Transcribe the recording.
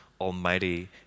Almighty